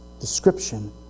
description